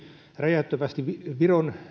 räjäyttävästi viron